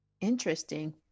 Interesting